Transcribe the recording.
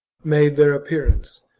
made their appearance.